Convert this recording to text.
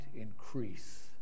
increase